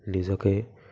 নিজকে